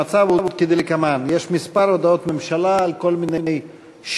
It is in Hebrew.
המצב הוא כדלקמן: יש כמה הודעות ממשלה על כל מיני שינויים,